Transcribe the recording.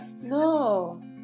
No